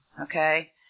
okay